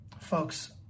Folks